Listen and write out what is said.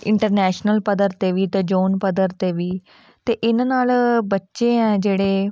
international ਪੱਧਰ 'ਤੇ ਵੀ ਅਤੇ ਜੋਨ ਪੱਧਰ 'ਤੇ ਵੀ ਅਤੇ ਇਹਨਾਂ ਨਾਲ ਬੱਚੇ ਆ ਜਿਹੜੇ